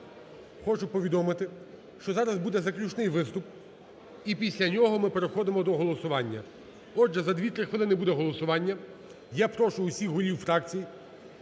хочу повідомити, що зараз буде заключний виступ, і після нього ми переходимо голосування. Отже, за дві-три хвилин буде голосування. Я прошу всіх голів фракцій